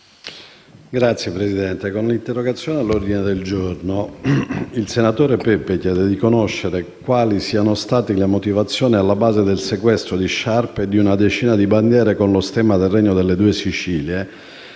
Signor Presidente, con l'interrogazione all'ordine del giorno il senatore Pepe chiede di conoscere quali siano state le motivazioni alla base del sequestro di sciarpe e di una decina di bandiere con lo stemma del Regno delle Due Sicilie,